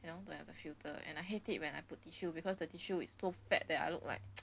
then 我买 the filter and I hate it when I put tissue because the tissue is so fat that I look like